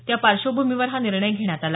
या पार्श्वभूमीवर हा निर्णय घेण्यात आला